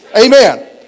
Amen